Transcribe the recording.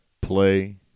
play